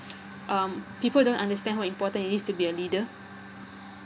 um people don't understand how important it is to be a leader